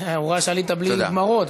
הוא ראה שעלית בלי גמרות,